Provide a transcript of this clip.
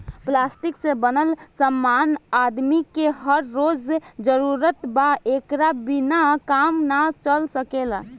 plastic से बनल समान आदमी के हर रोज जरूरत बा एकरा बिना काम ना चल सकेला